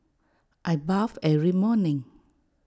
I bathe every morning